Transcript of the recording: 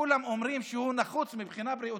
שכולם אומרים שהוא נחוץ מבחינה בריאותית,